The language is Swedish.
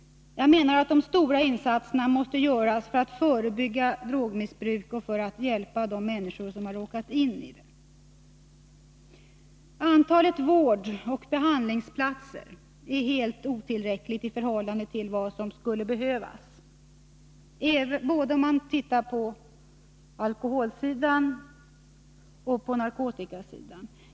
De stora insatserna måste göras för att förebygga drogmissbruk och för att hjälpa de människor som råkat in i det. Antalet vårdoch behandlingsplatser är helt otillräckligt i förhållande till vad som skulle behövas, både på alkoholoch på narkotikasidan.